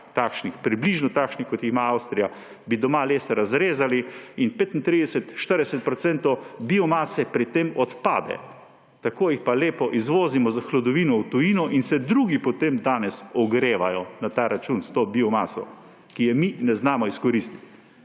žag približno takšnih, kot jih ima Avstrija, bi doma les razrezali in 35, 40 % biomase pri tem odpade. Tako pa lepo izvozimo za hlodovino v tujino in se drugi potem danes ogrevajo na ta račun, s to biomaso, ki je mi ne znamo izkoristiti.